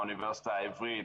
האוניברסיטה העברית,